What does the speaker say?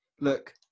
look